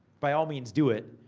by all means, do it,